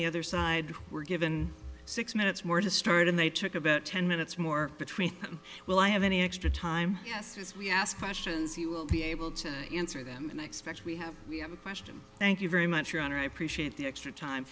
the other side were given six minutes more to start and they took about ten minutes more between them will i have any extra time yes as we ask questions he will be able to answer them and i expect we have we have a question thank you very much your honor i appreciate the extra time